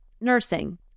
nursing